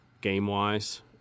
game-wise